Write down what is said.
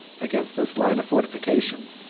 against this line of fortification,